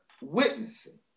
witnessing